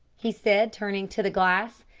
he said, turning to the glass.